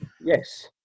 Yes